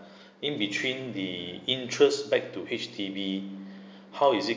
in between the interest back to H_D_B how is it